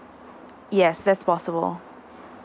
yes that's possible